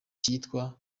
kitwa